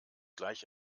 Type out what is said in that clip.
gleich